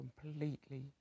completely